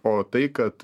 o tai kad